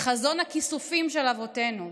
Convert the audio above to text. לחזון הכיסופים של אבותינו,